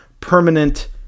Permanent